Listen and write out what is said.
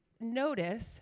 notice